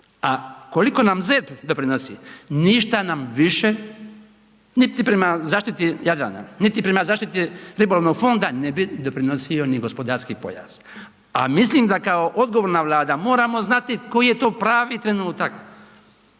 a koliko nam ZERP doprinosi, ništa nam više, niti prema zaštiti Jadrana, niti prema zaštiti ribolovnog fonda ne bi doprinosio ni gospodarski pojas. A mislim da kao odgovorna Vlada moramo znati koji je to pravi trenutak